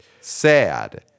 sad